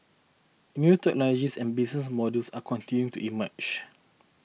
new technologies and business models are continuing to emerge